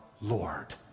Lord